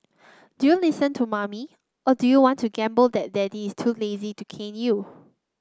do you listen to mummy or do you want to gamble that daddy is too lazy to cane you